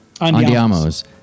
Andiamo's